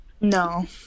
No